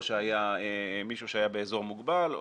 או שמישהו שהיה באזור מוגבל,